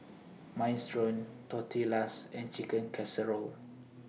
Minestrone Tortillas and Chicken Casserole